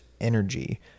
energy